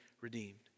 redeemed